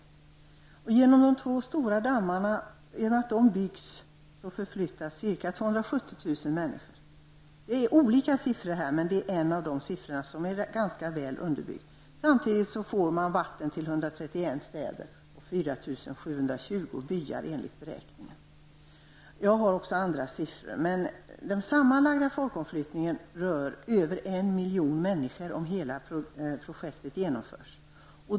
På grund av att de två stora dammarna byggs behöver 270 000 människor förflyttas. Här finns olika siffror, men dessa siffror är väl underbyggda. Samtidigt får man vatten för 131 städer och 4 720 byar enligt beräkningarna. Jag har också andra siffror. Den sammanlagda folkomflyttningen rör över 1 miljon människor om hela projektet genomförs.